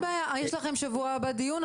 אין בעיה, בשבוע הבא יש לכם דיון.